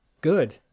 good